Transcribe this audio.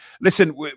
listen